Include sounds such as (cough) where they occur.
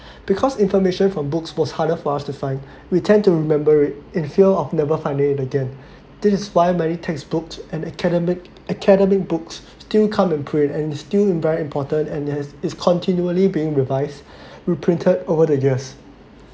(breath) because information from books was harder for us to find we tend to remember it in fear of never find it again this is why many textbooks and academic academic books still come in print and is still very important and is continually being revised reprinted over the years